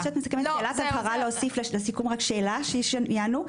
אפשר רק לפני שאת מסכמת שאלת הבהרה להוסיף לסיכום רק שאלה שיענו?